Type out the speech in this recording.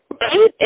right